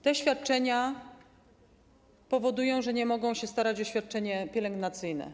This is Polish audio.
Te świadczenia powodują, że nie mogą one starać się o świadczenie pielęgnacyjne.